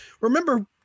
remember